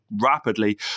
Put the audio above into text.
rapidly